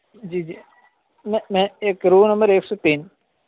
جی جی میں ایک روم نمبر ایک سو تین